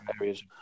areas